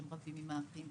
שהם רבים עם האחים,